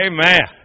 Amen